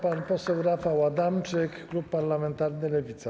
Pan poseł Rafał Adamczyk, klub parlamentarny Lewica.